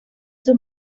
sus